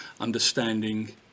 understanding